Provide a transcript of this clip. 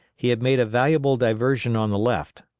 he had made a valuable diversion on the left,